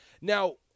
now